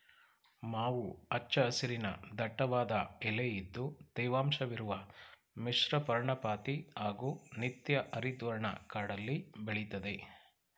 ಮಾವು ಹಚ್ಚ ಹಸಿರಿನ ದಟ್ಟವಾದ ಎಲೆಇದ್ದು ತೇವಾಂಶವಿರುವ ಮಿಶ್ರಪರ್ಣಪಾತಿ ಹಾಗೂ ನಿತ್ಯಹರಿದ್ವರ್ಣ ಕಾಡಲ್ಲಿ ಬೆಳೆತದೆ